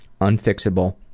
unfixable